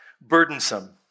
burdensome